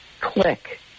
click